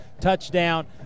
touchdown